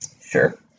Sure